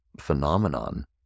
phenomenon